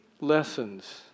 lessons